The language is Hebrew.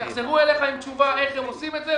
יחזרו אליך עם תשובה איך הם עושים את זה,